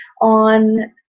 on